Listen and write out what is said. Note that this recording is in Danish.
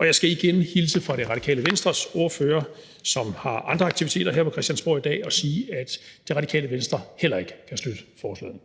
Jeg skal igen hilse fra Det Radikale Venstres ordfører, som har andre aktiviteter her på Christiansborg i dag, og sige, at Det Radikale Venstre heller ikke kan støtte forslaget.